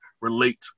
relate